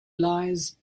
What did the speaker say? lies